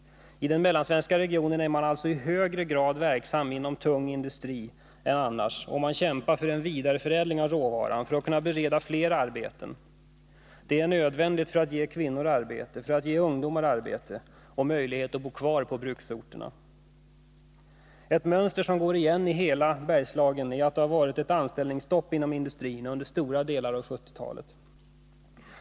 I den mellansvenska regionen är man alltså i högre grad verksam inom den tunga industrin än i landet i övrigt, och man kämpar för en vidareförädling av råvaran för att kunna bereda fler arbete. Det är nödvändigt för att ge kvinnor och ungdomar arbete och möjlighet att bo kvar på bruksorterna. För Bergslagen gäller genomgående att det har varit anställningsstopp inom industrin under stora delar av 1970-talet.